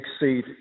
exceed